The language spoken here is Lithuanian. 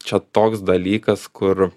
čia toks dalykas kur